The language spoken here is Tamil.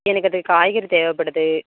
எனக்கு அது காய்கறி தேவைப்படுது